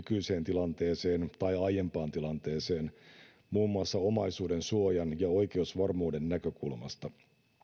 nykyiseen tilanteeseen tai aiempaan tilanteeseen muun muassa omaisuudensuojan ja oikeusvarmuuden näkökulmasta